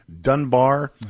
Dunbar